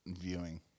viewing